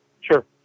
Sure